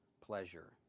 pleasure